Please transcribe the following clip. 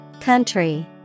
Country